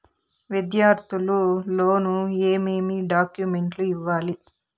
విద్యార్థులు లోను ఏమేమి డాక్యుమెంట్లు ఇవ్వాలి?